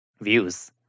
views